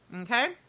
Okay